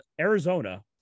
Arizona